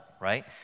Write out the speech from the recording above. right